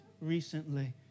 recently